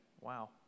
wow